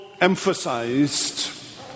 emphasized